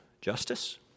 justice